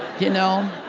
you know.